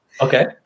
Okay